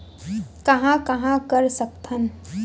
कहां कहां कर सकथन?